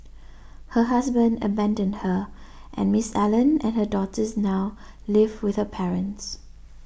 her husband abandoned her and Miss Allen and her daughters now live with her parents